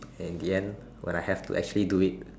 in the end when I have to actually do it